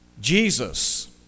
Jesus